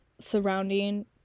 surrounding